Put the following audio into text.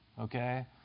okay